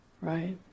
right